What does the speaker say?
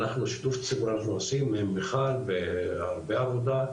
אנחנו שיתוף ציבור עושים עם מיכל והרבה עבודה,